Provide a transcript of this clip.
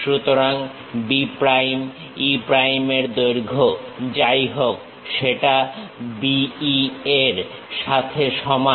সুতরাং B prime E প্রাইমের দৈর্ঘ্য যাই হোক সেটা B E এর সাথে সমান